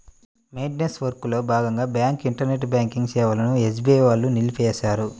maintenance వర్క్లో భాగంగా bank internet banking సేవలను ఎస్బీఐ వాళ్ళు నిలిపేశారు